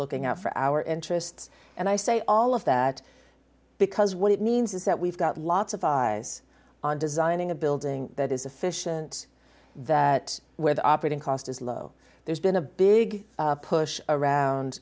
looking out for our interests and i say all of that because what it means is that we've got lots of eyes on designing a building that is efficient that where the operating cost is low there's been a big push around